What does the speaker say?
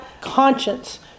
conscience